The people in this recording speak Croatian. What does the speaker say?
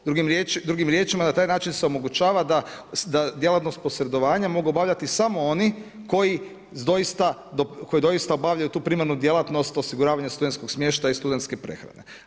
Drugim riječima, na taj način se omogućava da djelatnost posredovanja, mogu obavljati samo oni, koji doista obavljaju tu primarnu djelatnost osiguravanja studentskog smještaja i studentske prehrane.